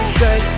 say